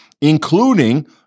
including